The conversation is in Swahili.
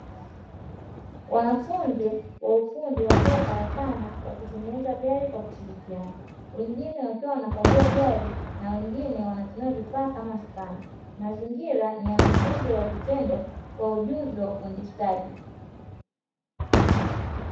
Wanafunzi wa ufundi wakiwa karakana wakitengeneza gari kwa kushirikiana, wengine wakiwa wanakagua gari na wengine wanatumia vifaa kama spana, mazingira ni ya mafunzo ya vitendo kwa ujuzi wa ufundishaji.